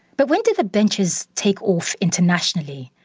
but when did the benches take off internationally?